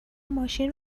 ماشین